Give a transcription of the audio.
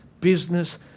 business